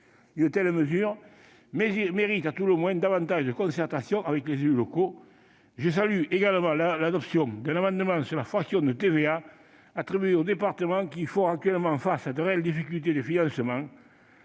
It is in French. Une telle mesure mérite, à tout le moins, davantage de concertation avec les élus locaux. Je salue également l'adoption d'un amendement portant sur la fraction de TVA attribuée aux départements, qui font face à de réelles difficultés de financement